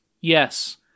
Yes